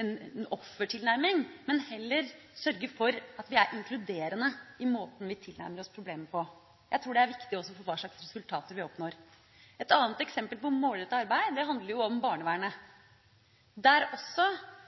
en offertilnærming, men heller sørge for at vi er inkluderende i måten vi tilnærmer oss problemet på. Jeg tror det er viktig også for hva slags resultater vi oppnår. Et annet eksempel på målrettet arbeid handler om barnevernet.